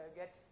get